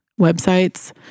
websites